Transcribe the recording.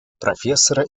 профессора